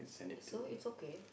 so it's okay